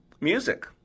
Music